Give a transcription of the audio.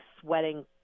sweating